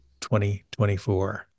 2024